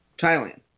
Thailand